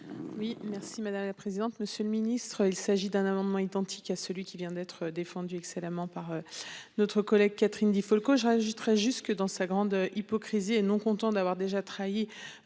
Oui merci madame la présidente. Monsieur le Ministre, il s'agit d'un amendement identique à celui qui vient d'être défendu excellemment par notre collègue Catherine Di Folco, je rajouterai jusque dans sa grande hypocrisie et non content d'avoir déjà trahi.